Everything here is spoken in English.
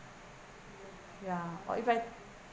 ya but if I